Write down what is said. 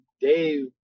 Dave